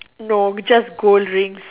no we just gold rings